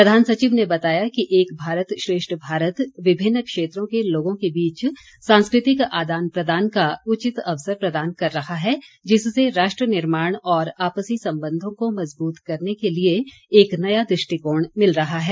प्रधान सचिव ने बताया कि एक भारत श्रेष्ठ भारत विभिन्न क्षेत्रों के लोगों के बीच सांस्कृतिक आदान प्रदान का उचित अवसर प्रदान कर रहा है जिससे राष्ट्र निर्माण और आपसी संबंधों को मजबूत करने के लिए एक नया दृष्टिकोण मिल रहा है